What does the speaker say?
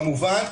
כמובן.